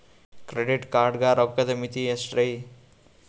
Credit card ಗ ರೋಕ್ಕದ್ ಮಿತಿ ಎಷ್ಟ್ರಿ?